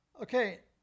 okay